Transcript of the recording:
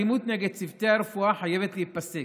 האלימות נגד צוותי הרפואה חייבת להיפסק,